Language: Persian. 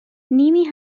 نیمی